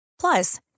Plus